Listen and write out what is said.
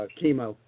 chemo